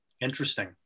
Interesting